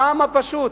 העם הפשוט